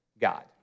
God